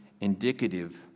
indicative